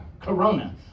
corona